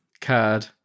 card